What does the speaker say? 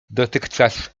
dotychczas